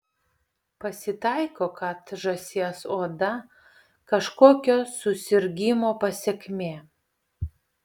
pasitaiko kad žąsies oda kažkokio susirgimo pasekmė